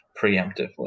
preemptively